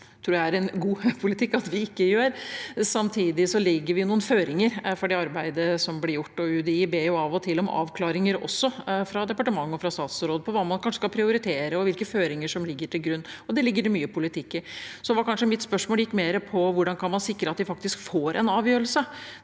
det er en god politikk at vi ikke gjør det. Samtidig legger vi noen føringer for det arbeidet som blir gjort, og UDI ber av og til om avklaringer også fra departement og fra statsråd om hva man kanskje skal prioritere, og hvilke føringer som ligger til grunn. Det ligger det mye politikk i. Mitt spørsmål gikk kanskje mer på hvordan man kan sikre at de faktisk får en avgjørelse.